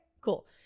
cool